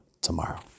tomorrow